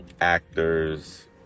actors